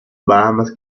bahamas